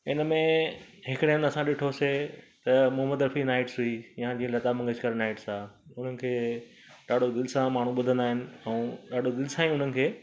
इनमें हिकिड़े हंधि असां ॾिठोसीं त मोहम्मद रफी नाइट्स हुई या की लता मंगेशकर नाइट्स आहे उन्हनि खे ॾाढो दिलि सां माण्हू ॿुधंदा आहिनि ऐं ॾाढो दिलि सां ई उन्हनि खे